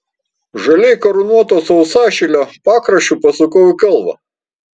žaliai karūnuoto sausašilio pakraščiu pasukau į kalvą